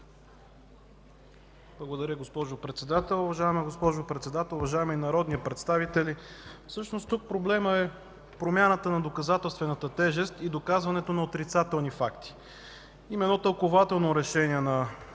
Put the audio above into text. Благодаря, госпожо Председател. Уважаема госпожо Председател, уважаеми народни представители! Тук проблемът е в промяната на доказателствената тежест и доказването на отрицателни факти. Има тълкувателно решение на